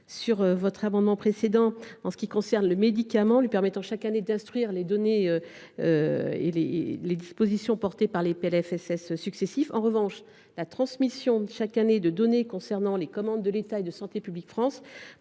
sur l’amendement n° 779 rectifié – lui permettant chaque année d’instruire les données et les dispositions votées dans les PLFSS successifs. En revanche, la transmission chaque année de données concernant les commandes de l’État et de Santé publique France,